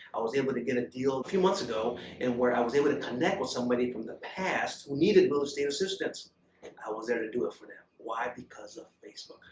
i was able to get a deal a few months ago in where i was able to connect with somebody from the past who needed real estate assistance, and i was there to do it for them. why? because of facebook.